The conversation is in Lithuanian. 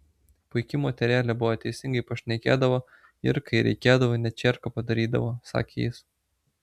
puiki moterėlė buvo teisingai pašnekėdavo ir kai reikėdavo net čierką padarydavo sakė jis